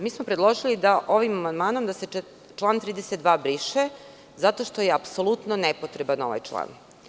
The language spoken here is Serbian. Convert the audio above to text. Mi smo predložili ovim amandmanom da se član 32. briše zato što je apsolutno nepotreban ovaj član.